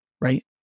right